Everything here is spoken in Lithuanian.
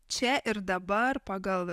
čia ir dabar pagal